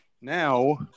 Now